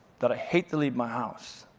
that i hate to leave my house.